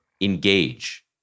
engage